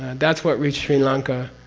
and that's what reached sri lanka,